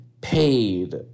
paid